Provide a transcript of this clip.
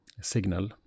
signal